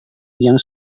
yang